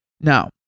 Now